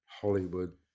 Hollywood